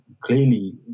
clearly